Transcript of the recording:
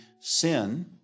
sin